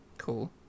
Cool